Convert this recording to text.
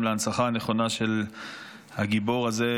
גם להנצחה הנכונה של הגיבור הזה,